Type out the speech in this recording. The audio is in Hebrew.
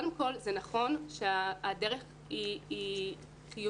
זה נכון שהדרך היא חיובית,